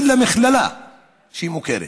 אין להם מכללה שהיא מוכרת.